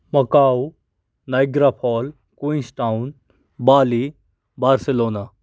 Macau nigra fall queens town Bali Barcelona